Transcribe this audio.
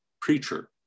preacher